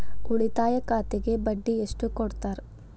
ಉಳಿತಾಯ ಖಾತೆಗೆ ಬಡ್ಡಿ ಎಷ್ಟು ಕೊಡ್ತಾರ?